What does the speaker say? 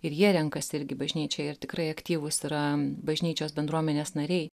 ir jie renkasi irgi bažnyčią ir tikrai aktyvūs yra bažnyčios bendruomenės nariai